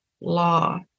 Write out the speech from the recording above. law